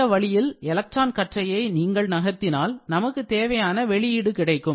இந்த வழியில் எலக்ட்ரான் கற்றையை நீங்கள் நகர்த்தினால் நமக்கு தேவையான வெளியீடு கிடைக்கும்